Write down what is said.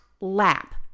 lap